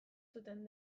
zuten